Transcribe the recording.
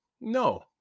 No